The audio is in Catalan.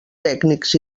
tècnics